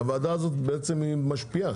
הוועדה הזאת בעצם משפיעה.